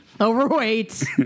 overweight